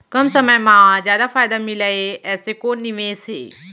कम समय मा जादा फायदा मिलए ऐसे कोन निवेश हे?